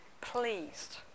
pleased